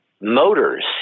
motors